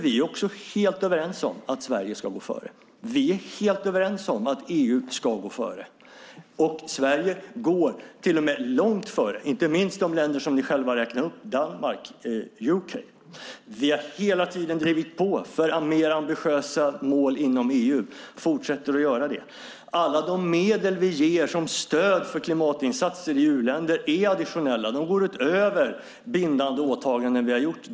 Vi är helt överens om att Sverige ska gå före. Vi är helt överens om att EU ska gå före. Sverige går till och med långt före, inte minst de länder ni själva räknar upp, nämligen Danmark och UK. Vi har hela tiden drivit på för mer ambitiösa mål inom EU, och vi fortsätter att göra det. Alla de medel vi ger som stöd för klimatinsatser i u-länder är additionella. De går utöver bindande åtaganden som vi har gjort.